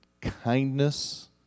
kindness